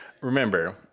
Remember